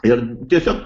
ir tiesiog